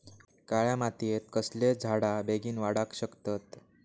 काळ्या मातयेत कसले झाडा बेगीन वाडाक शकतत?